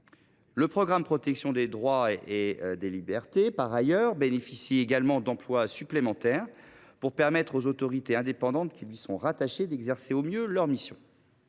Le programme « Protection des droits et libertés » bénéficie également d’emplois supplémentaires, pour permettre aux autorités indépendantes qui lui sont rattachées d’exercer au mieux leur mission.